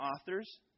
authors